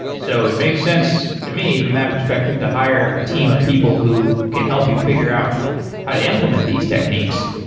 so it makes sense to me from that perspective to hire a team of people who can help you figure out how to implement these techniques.